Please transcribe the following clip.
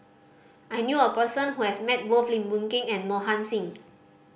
I knew a person who has met both Lim Boon Keng and Mohan Singh